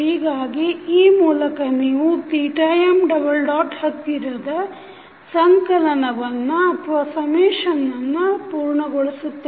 ಹೀಗಾಗಿ ಈ ಮೂಲಕ ನೀವು m ಹತ್ತಿರದ ಸಂಕಲನವನ್ನು ಪೂರ್ಣಗೊಳ್ಳುತ್ತದೆ